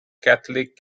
catholic